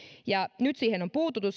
nyt siihen on puututtu